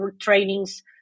trainings